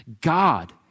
God